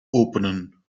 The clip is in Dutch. openen